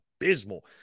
abysmal